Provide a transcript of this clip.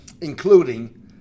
including